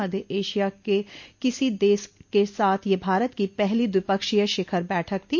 मध्य Asia के किसी देश के साथ यह भारत की पहली द्विपक्षीय शिखर बैठक थी